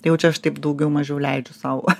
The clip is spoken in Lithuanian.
jau čia aš taip daugiau mažiau leidžiu sau